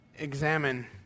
Examine